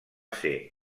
ser